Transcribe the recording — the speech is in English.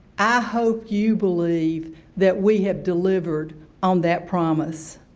i hope you believe that we have delivered on that promise.